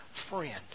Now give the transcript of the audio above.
friend